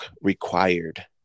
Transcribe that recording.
required